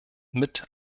mit